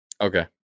Okay